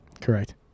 Correct